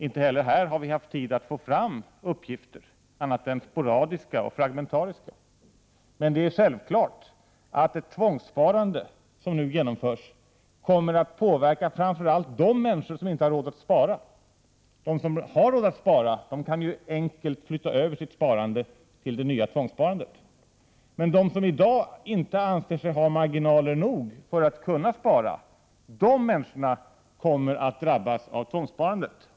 Inte heller här har vi haft tid att få fram annat än sporadiska och fragmentariska uppgifter. Det är självklart att det tvångssparande som nu kommer att genomföras kommer att påverka framför allt de människor som inte har råd att spara. De som har råd att spara kan ju enkelt flytta över sitt sparande till det nya tvångssparandet. De som i dag inte anser sig ha marginal nog för att kunna spara, kommer att drabbas av tvångssparandet.